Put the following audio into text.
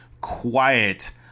quiet